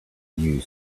you